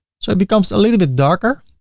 so it becomes a little bit darker,